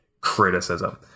criticism